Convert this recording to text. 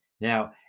Now